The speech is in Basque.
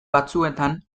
batzuetan